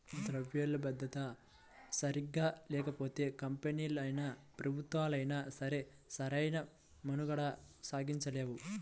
ద్రవ్యలభ్యత సరిగ్గా లేకపోతే కంపెనీలైనా, ప్రభుత్వాలైనా సరే సరైన మనుగడ సాగించలేవు